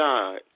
God